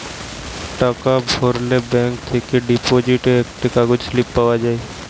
টাকা ভরলে ব্যাঙ্ক থেকে ডিপোজিট একটা কাগজ স্লিপ পাওয়া যায়